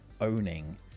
owning